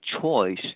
choice